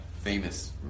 famous